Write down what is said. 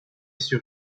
sur